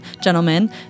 gentlemen